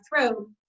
throat